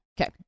Okay